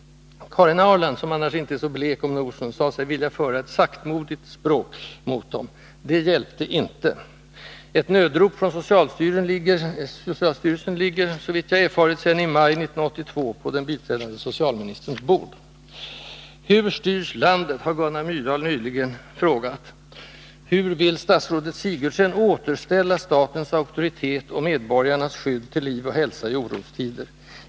Karin Ahrland, som annars inte är så blek om nosen, sade sig vilja föra ett saktmodigt språk mot dem. Det hjälpte inte. Ett nödrop från socialstyrelsen ligger, såvitt jag erfarit, sedan i maj 1982 på den biträdande socialministerns bord. Hur styrs landet? har Gunnar Myrdal nyligen frågat. Hur vill statsrådet Sigurdsen återställa statens auktoritet och medborgarnas skydd till liv och hälsa i orostider?